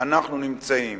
אנחנו נמצאים,